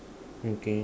okay